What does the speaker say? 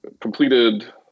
completed